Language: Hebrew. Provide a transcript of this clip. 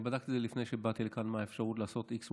אני בדקתי לפני שבאתי לכאן מה האפשרות לעשות x,